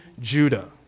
Judah